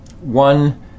one